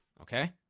Okay